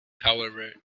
however